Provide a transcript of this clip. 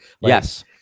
Yes